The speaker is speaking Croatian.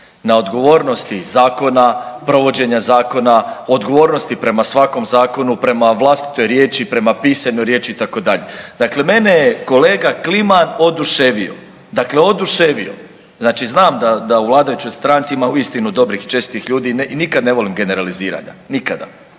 na odgovornosti zakona, provođenja zakona. Odgovornosti prema svakom zakonu prema vlastitoj riječi, prema pisanoj riječi itd. Dakle, mene je kolega Kliman oduševio, dakle oduševio. Znači znam da u vladajućoj stranci ima uistinu dobrih i čestitih ljudi i nikad ne volim generalizirati, nikada.